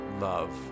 love